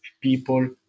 people